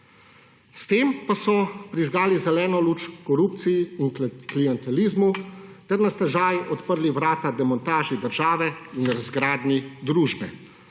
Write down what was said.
s tem pa so prižali zeleno luč korupciji in klientelizmu ter na stežaj odprli vrata demontaži države in razgradnji družbe.